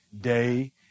day